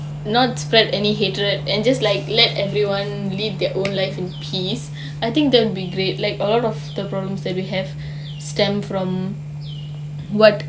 not spread any hatred and just like let everyone live their own life in peace I think that will be great like all of the problems that we have stemmed from [what]